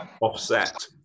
offset